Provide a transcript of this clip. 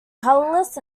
colourless